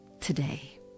today